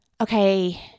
okay